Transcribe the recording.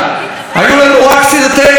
היו לנו רק סרטי אימה.